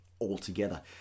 altogether